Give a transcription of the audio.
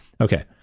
Okay